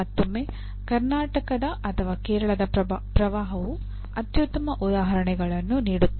ಮತ್ತೊಮ್ಮೆ ಕರ್ನಾಟಕದ ಅಥವಾ ಕೇರಳದ ಪ್ರವಾಹವು ಅತ್ಯುತ್ತಮ ಉದಾಹರಣೆಗಳನ್ನು ನೀಡುತ್ತದೆ